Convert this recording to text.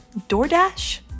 DoorDash